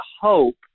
hope